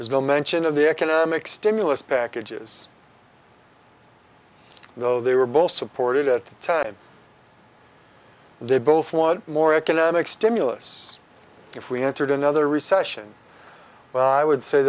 there's no mention of the economic stimulus packages though they were both supported at the time they both won more economic stimulus if we entered another recession well i would say